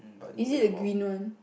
is it the green one